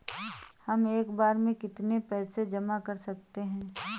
हम एक बार में कितनी पैसे जमा कर सकते हैं?